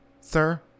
Sir